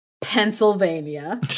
pennsylvania